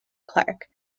clark